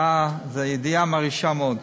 זו ידיעה מרעישה מאוד.